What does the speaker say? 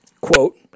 quote